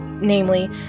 Namely